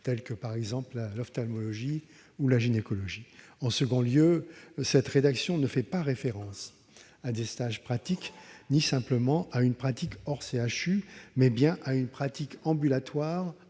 telles que l'ophtalmologie ou la gynécologie. En deuxième lieu, cette rédaction ne fait pas référence à des stages pratiques, ni simplement à une pratique hors CHU, mais bien à une pratique ambulatoire